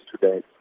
today